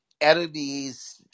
enemies